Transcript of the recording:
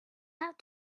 have